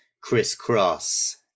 crisscross